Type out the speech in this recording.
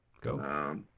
Go